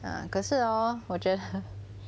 啊可是 hor 我觉得